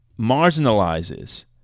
marginalizes